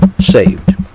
saved